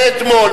מאתמול,